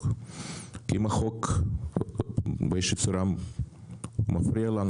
כי אם החוק באיזו שהיא צורה מפריע לנו,